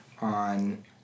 On